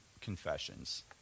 confessions